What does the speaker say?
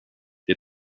der